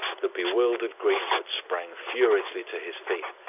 the bewildered greenwood sprang furiously to his feet.